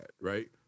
right